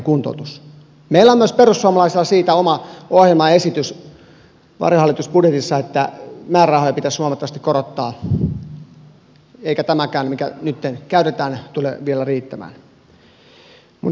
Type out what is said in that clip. meillä perussuomalaisilla on siitä myös oma ohjelmaesitys varjohallitusbudjetissa että määrärahoja pitäisi huomattavasti korottaa eikä tämäkään mikä nytten käytetään tule vielä riittämään